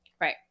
Right